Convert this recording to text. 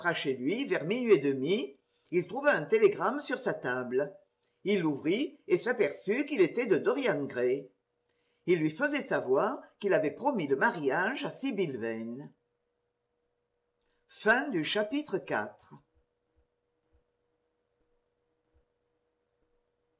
chez lui vers minuit et demi il trouva un télégramme sur sa table il l'ouvrit et s'aperçut qu'il était de dorian gray il lui faisait savoir qu'il avait promis le mariage à sibyl vane